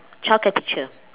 childcare teacher